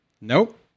Nope